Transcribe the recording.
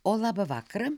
o labą vakarą